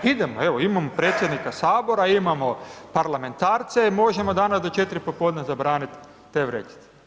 Idemo evo, imamo predsjednika Sabora, imamo parlamentarce, možemo danas do 4 popodne zabraniti te vrećice.